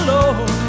Lord